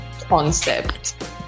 concept